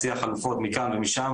מציע חלופות מפה ומשם,